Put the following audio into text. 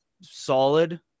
solid